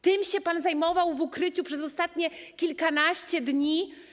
Tym się pan zajmował w ukryciu przez ostatnie kilkanaście dni?